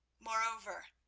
moreover,